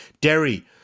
Derry